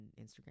instagram